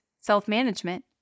self-management